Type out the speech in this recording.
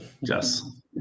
Yes